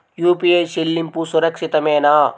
UPI చెల్లింపు సురక్షితమేనా?